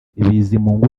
bizimungu